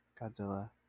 Godzilla